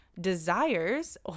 desires